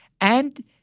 And-